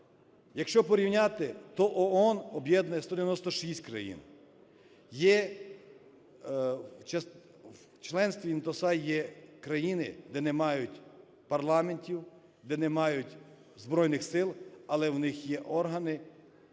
Якщо порівняти, то ООН об'єднує 196 країн, у членстві INTOSAI є країни, де не мають парламентів, де не мають збройних сил, але у них є органи